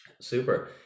Super